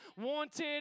wanted